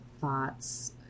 thoughts